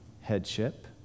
headship